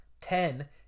ten